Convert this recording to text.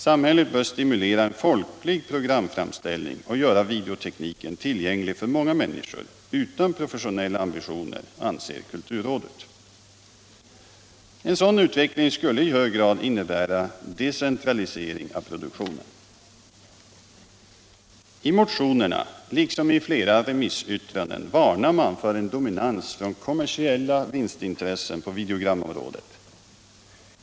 Samhället bör stimulera folklig programframställning och göra videotekniken tillgänglig för många människor utan professionella ambitioner, anser kulturrådet. En sådan utveckling skulle i hög grad innebära decentralisering av produktionen. I motionerna liksom i flera remissyttranden varnas för en dominans av kommersiella vinstintressen på videogramområdet.